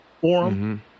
forum